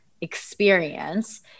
experience